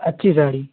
अच्छी साड़ी